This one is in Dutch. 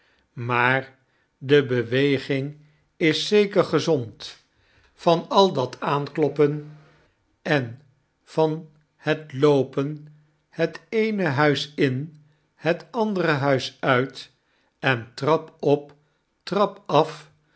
maar de beweging is zeker gezond van al dat aankloppen en van het loopen het eene huis in het andere huis uit en trap op trap af